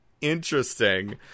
interesting